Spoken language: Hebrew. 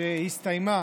שהסתיימה